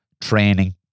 training